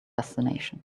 fascination